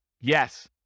Yes